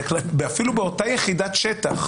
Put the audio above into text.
ואפילו באותה יחידת שטח,